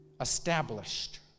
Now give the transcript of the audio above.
established